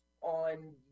on